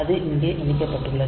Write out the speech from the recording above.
அது இங்கே இணைக்கப்பட்டுள்ளது